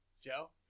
Joe